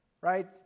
right